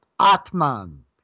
Atman